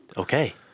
Okay